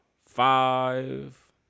five